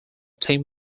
team